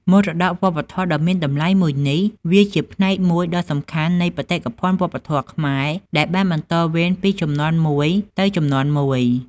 មរតកវប្បធម៌ដ៏មានតម្លៃមួយនេះ វាជាផ្នែកមួយដ៏សំខាន់នៃបេតិកភណ្ឌវប្បធម៌ខ្មែរ ដែលបានបន្តវេនពីជំនាន់មួយទៅជំនាន់មួយ។